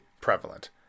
prevalent